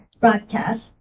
Broadcast